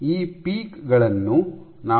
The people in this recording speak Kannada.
ಈ ಪೀಕ್ ಗಳನ್ನು ನಾವು ಹೇಗೆ ನಿಯೋಜಿಸುತ್ತೇವೆ